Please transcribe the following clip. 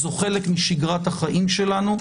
זה חלק משגרת החיים שלנו,